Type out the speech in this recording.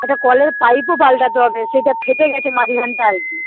একটা কলের পাইপও পালটাতে হবে সেটা ফেটে গেছে মাঝখানটা আর কি